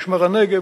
משמר-הנגב,